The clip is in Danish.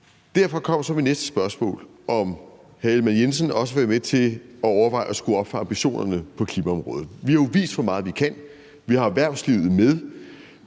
Derfor kommer så mit næste spørgsmål, nemlig om hr. Jakob Ellemann-Jensen også vil være med til at overveje at skrue op for ambitionerne på klimaområdet. Vi har jo vist, hvor meget vi kan, vi har erhvervslivet med,